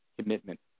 commitment